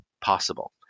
possible